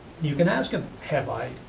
you can ask him, have i,